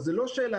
זו לא שאלה,